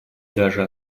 даже